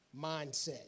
mindset